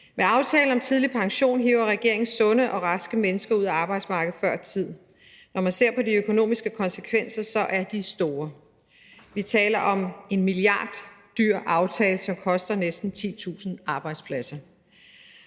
Med aftalen om tidlig pension hiver regeringen sunde og raske mennesker ud af arbejdsmarkedet før tid. Når man ser på de økonomiske konsekvenser, er de store; vi taler om en milliarddyr aftale, som koster næsten 10.000 arbejdspladser.